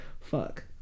fuck